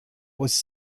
was